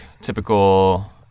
typical